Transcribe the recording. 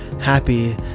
Happy